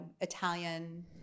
Italian